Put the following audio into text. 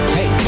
Hey